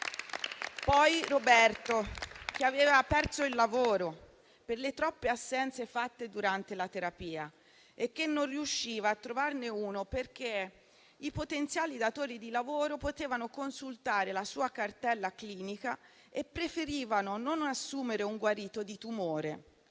c'è Roberto, che ha perso il lavoro per le troppe assenze fatte durante la terapia e che non è riuscito a trovarne un altro, perché i potenziali datori di lavoro potevano consultare la sua cartella clinica e preferivano non assumere un guarito di tumore,